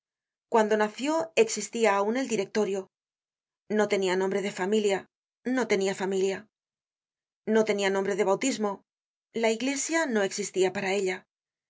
cuando nació existia aun el directorio no tenia nombre de familia no tenia familia no tenia nombre de bautismo la iglesia no existia para ella